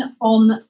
on